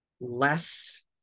less